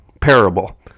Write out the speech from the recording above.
parable